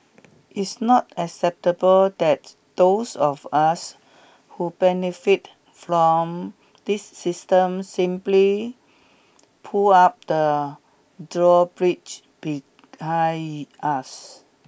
it's not acceptable that those of us who benefit from this system simply pull up the drawbridge behind us